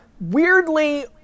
weirdly